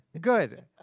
good